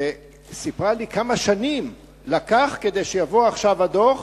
היא סיפרה לי כמה שנים לקח כדי שיבוא עכשיו הדוח.